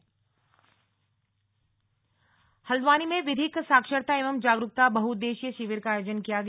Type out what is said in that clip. विधिक शिविर हल्द्वानी में विधिक साक्षरता एवं जागरूकता बहुउददेशीय शिविर का आयोजन किया गया